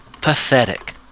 pathetic